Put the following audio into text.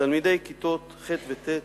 לתלמידי כיתות ח'-ט',